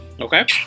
Okay